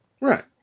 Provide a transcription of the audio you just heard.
Right